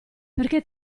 perché